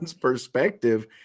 perspective